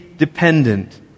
dependent